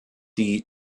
die